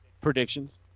Predictions